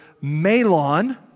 Malon